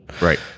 right